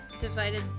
divided